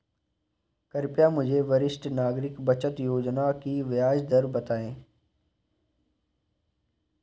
कृपया मुझे वरिष्ठ नागरिक बचत योजना की ब्याज दर बताएं